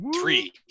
Three